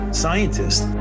scientists